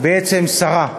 בעצם שרה.